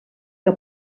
que